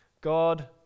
God